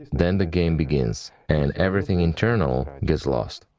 then the game begins and everything internal gets lost.